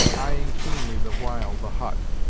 eyeing keenly the while the hut,